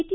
T